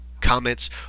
comments